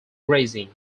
grazing